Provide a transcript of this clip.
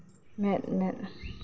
ᱢᱮᱫ ᱢᱮᱫ